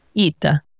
Ita